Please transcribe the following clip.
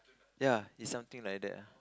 ya is something like that ah